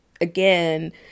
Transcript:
again